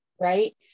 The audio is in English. right